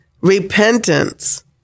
repentance